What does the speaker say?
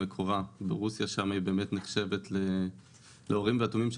מקורה ברוסיה שבה היא נחשבת לאורים והתומים של